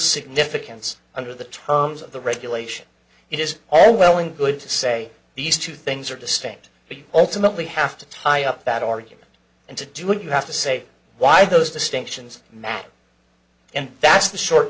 significance under the terms of the regulation it is all well and good to say these two things are distinct be ultimately have to tie up that argument and to do it you have to say why those distinctions matter and that's the short